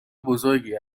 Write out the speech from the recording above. بزرگی